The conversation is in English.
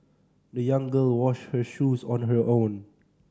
the young girl washed her shoes on her own